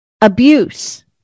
abuse